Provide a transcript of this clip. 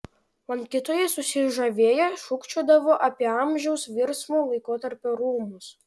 lankytojai susižavėję šūkčiodavo apie amžiaus virsmo laikotarpio rūmus